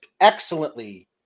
excellently